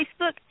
Facebook